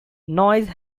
noise